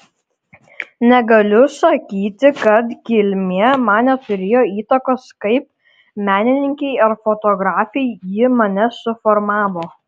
negaliu sakyti kad kilmė man neturėjo įtakos kaip menininkei ar fotografei ji mane suformavo